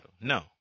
No